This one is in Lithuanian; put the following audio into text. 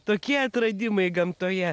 tokie atradimai gamtoje